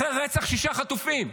אחרי רצח שישה חטופים.